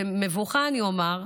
במבוכה אומר,